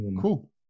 cool